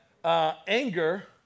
Anger